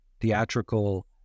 theatrical